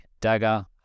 dagger